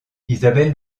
élisabeth